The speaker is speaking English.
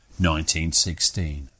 1916